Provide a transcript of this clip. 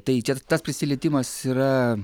tai čia tas prisilietimas yra